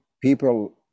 people